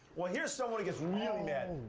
well, here's someone who gets really mad.